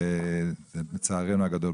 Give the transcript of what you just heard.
לצערנו הגדול.